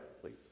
please